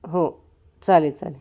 हो चालेल चालेल